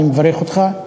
אני מברך אותך,